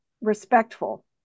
respectful